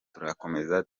turakomeza